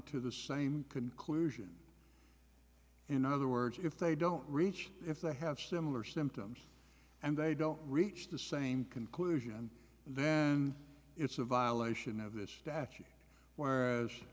to the same conclusion in other words if they don't reach if they have similar symptoms and they don't reach the same conclusion then it's a violation of this statute whereas